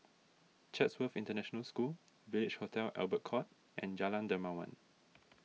Chatsworth International School Village Hotel Albert Court and Jalan Dermawan